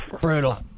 Brutal